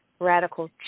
Radical